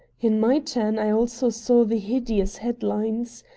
in my turn i also saw the hideous head-lines.